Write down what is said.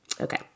Okay